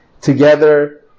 together